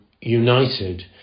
united